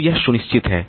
तो यह सुनिश्चित है